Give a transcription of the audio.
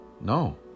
No